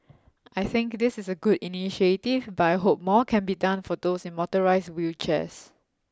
I think this is a good initiative but I hope more can be done for those in motorised wheelchairs